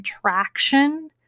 traction